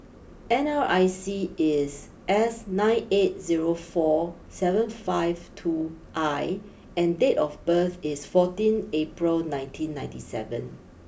N R I C is S nine eight zero four seven five two I and date of birth is fourteen April nineteen ninety seven